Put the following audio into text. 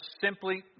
simply